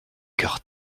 cœur